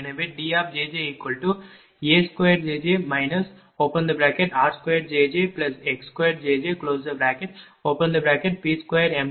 எனவே DjjA2jj r2jjx2P2m2Q2m212